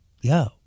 yo